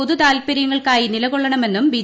പൊതുതാൽപര്യങ്ങൾക്കായി നിലകൊള്ളണമെന്നും ബി